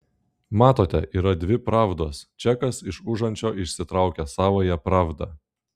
matote yra dvi pravdos čekas iš užančio išsitraukia savąją pravdą